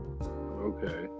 okay